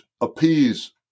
appease